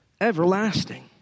everlasting